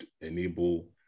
enable